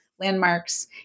landmarks